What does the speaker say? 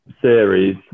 series